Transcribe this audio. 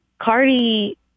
Cardi